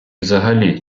взагалі